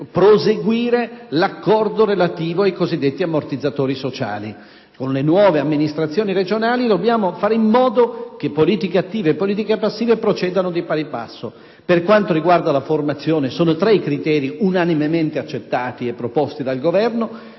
proseguire l'accordo relativo ai cosiddetti ammortizzatori sociali. Con le nuove amministrazioni regionali dobbiamo fare in modo che politiche attive e passive procedano di pari passo. Per quanto riguarda la formazione, sono tre i criteri unanimemente accettati e proposti dal Governo.